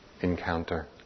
encounter